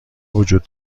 وجود